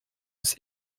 ist